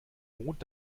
mond